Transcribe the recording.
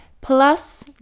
Plus